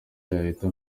yahita